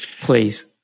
Please